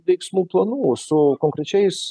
veiksmų planų su konkrečiais